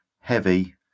heavy